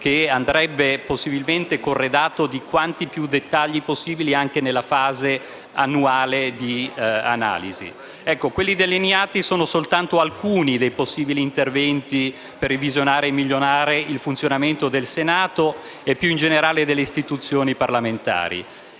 corredandoli possibilmente di quanti più dettagli possibili, anche nella fase annuale di analisi. Quelli delineati sono soltanto alcuni dei possibili interventi per visionare e migliorare il funzionamento del Senato e, più in generale, delle istituzioni parlamentari.